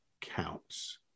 counts